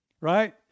right